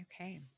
Okay